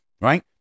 Right